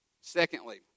Secondly